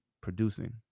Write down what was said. producing